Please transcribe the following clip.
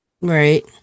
right